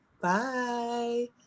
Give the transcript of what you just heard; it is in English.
Bye